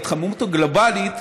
ההתחממות הגלובלית